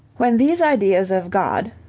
when these ideas of god,